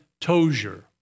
Tozier